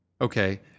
okay